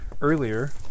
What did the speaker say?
earlier